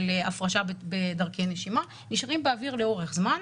הפרשה בדרכי נשימה נשארים באוויר לאורך זמן.